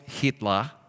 Hitler